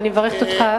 ואני מברכת אותך,